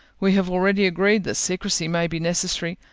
we have already agreed that secrecy may be necessary,